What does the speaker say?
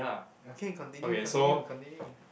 okay continue continue continue